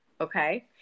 Okay